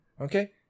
okay